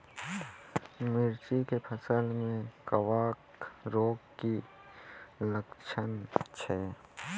मिर्ची के फसल मे कवक रोग के की लक्छण छै?